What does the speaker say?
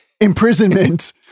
imprisonment